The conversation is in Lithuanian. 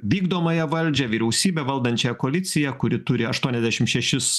vykdomąją valdžią vyriausybę valdančiąją koaliciją kuri turi aštuoniasdešim šešis